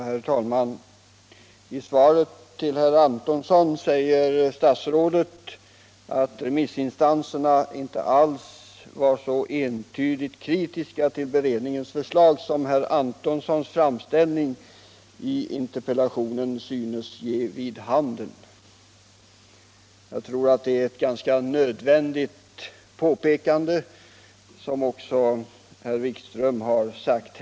Herr talman! I svaret till herr Antonsson säger statsrådet att remissinstanserna inte alls var så entydigt kritiska till beredningens förslag som herr Antonssons framställning i interpellationen synes ge vid handen. Jag tror att det är ett ganska nödvändigt påpekande, vilket också herr Wikström har framhållit.